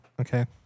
Okay